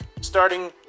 starting